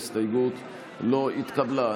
ההסתייגות לא התקבלה.